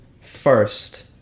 first